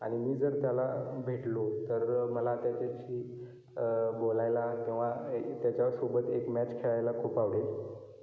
आणि मी जर त्याला भेटलो तर मला त्याच्याशी बोलायला किंवा एक त्याच्या सोबत एक मॅच खेळायला खूप आवडेल